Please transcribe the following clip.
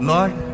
Lord